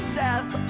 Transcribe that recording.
death